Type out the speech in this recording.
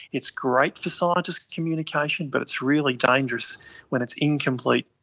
it's great for scientists' communication but it's really dangerous when it's incomplete,